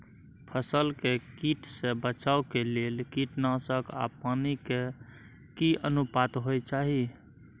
फसल के कीट से बचाव के लेल कीटनासक आ पानी के की अनुपात होय चाही?